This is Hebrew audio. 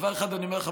דבר אחד אני אומר לך,